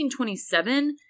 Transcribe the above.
1927